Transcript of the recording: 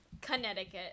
Connecticut